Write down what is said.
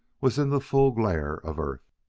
was in the full glare of earth.